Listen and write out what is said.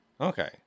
Okay